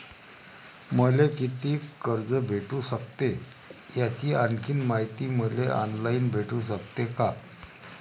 मले कितीक कर्ज भेटू सकते, याची आणखीन मायती मले ऑनलाईन भेटू सकते का?